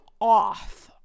off